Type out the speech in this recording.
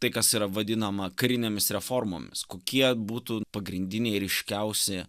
tai kas yra vadinama karinėmis reformomis kokie būtų pagrindiniai ryškiausi